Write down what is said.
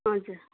हजुर